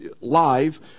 live